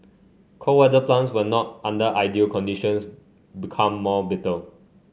cold weather plants when not under ideal conditions become more bitter